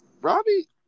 Robbie